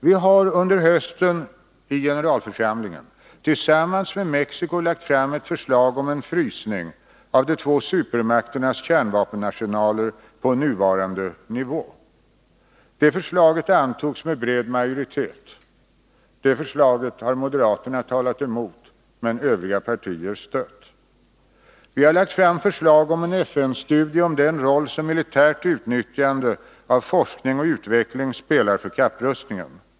Vi har under hösten i generalförsamlingen tillsammans med Mexico lagt fram ett förslag om en frysning av de två supermakternas kärnvapenarsenaler på nuvarande nivå. Det förslaget antogs med bred majoritet. Moderaterna har talat mot detta förslag, medan övriga partier stött det. Vi har lagt fram förslag om en FN-studie om den roll som militärt utnyttjande av forskning och utveckling spelar för kapprustningen.